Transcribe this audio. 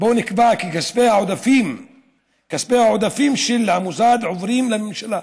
שבו נקבע כי כספי העודפים של המוסד עוברים לממשלה.